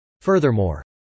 Furthermore